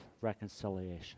reconciliation